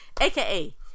AKA